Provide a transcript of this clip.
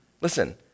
Listen